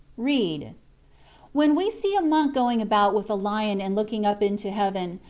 read when we see a monk going about with a lion and looking up into heaven,